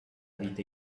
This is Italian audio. vita